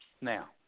Now